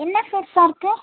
என்ன ஃப்ரூட்ஸ்சாகருக்கு